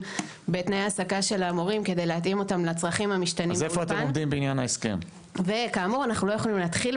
להכניס את המורים למסגרת של 'אופק חדש' שהיא מסגרת